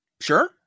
Sure